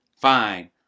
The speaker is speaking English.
Fine